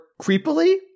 creepily